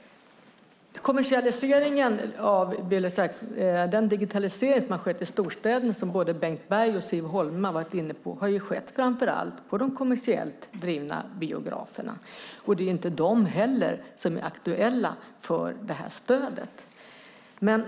Den digitalisering som har skett i storstäderna, som både Bengt Berg och Siv Holma har varit inne på, har ju skett framför allt på de kommersiellt drivna biograferna. Det är inte heller de som är aktuella för det här stödet.